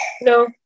No